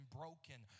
broken